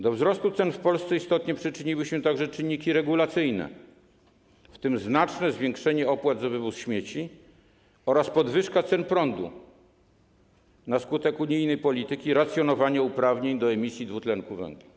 Do wzrostu cen w Polsce istotnie przyczyniły się także czynniki regulacyjne, w tym znaczne zwiększenie opłat za wywóz śmieci oraz podwyżka cen prądu na skutek unijnej polityki racjonowania uprawnień do emisji dwutlenku węgla.